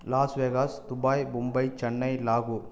loss Vegas Dubai Mumbai Chennai லாகூர்